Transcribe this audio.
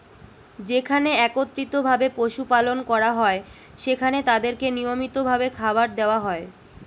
যেখানে একত্রিত ভাবে পশু পালন করা হয়, সেখানে তাদেরকে নিয়মিত ভাবে খাবার দেওয়া হয়